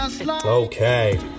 Okay